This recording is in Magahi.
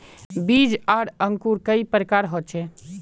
बीज आर अंकूर कई प्रकार होचे?